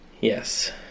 Yes